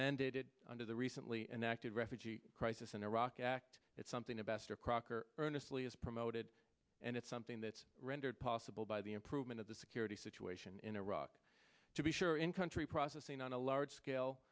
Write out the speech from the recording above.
mandated under the recently enacted refugee crisis in iraq act it's something a bester crocker earnestly has promoted and it's something that's rendered possible by the improvement of the secure the situation in iraq to be sure in country processing on a large scale